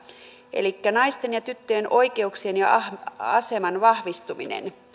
elikkä naisten ja tyttöjen oikeuksien ja aseman vahvistuminen